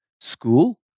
school